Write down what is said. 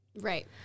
Right